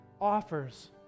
offers